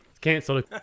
Cancelled